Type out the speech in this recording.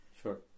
Sure